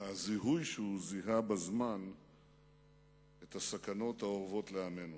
הזיהוי שהוא זיהה בזמן את הסכנות האורבות לעמנו,